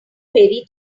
fairy